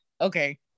okay